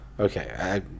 Okay